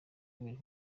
yoweli